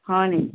হয়নি